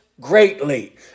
greatly